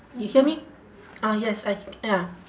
you hear me ah yes I c~ ya